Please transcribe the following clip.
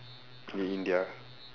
in india